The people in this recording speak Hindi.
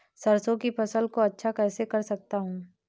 सरसो की फसल को अच्छा कैसे कर सकता हूँ?